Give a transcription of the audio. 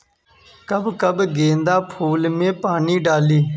कब कब गेंदा फुल में पानी डाली?